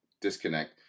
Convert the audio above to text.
disconnect